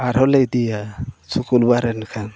ᱟᱨᱦᱚᱸ ᱞᱮ ᱤᱫᱤᱭᱟ ᱥᱩᱠᱩᱞᱵᱟᱨ ᱮᱱᱠᱷᱟᱱ